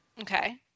Okay